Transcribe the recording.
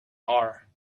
are